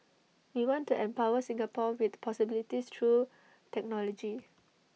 we want to empower Singapore with possibilities through technology